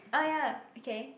oh ya okay